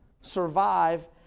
survive